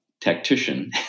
tactician